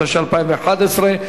התשע"א 2011,